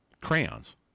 crayons